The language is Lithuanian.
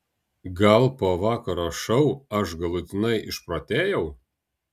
gal po vakaro šou aš galutinai išprotėjau